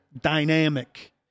Dynamic